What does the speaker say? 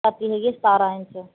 ਛਾਤੀ ਹੈਗੀ ਹੈ ਸਤਾਰਾਂ ਇੰਚ